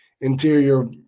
interior